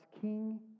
King